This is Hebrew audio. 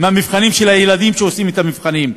מהמבחנים של הילדים שעושים את המבחנים.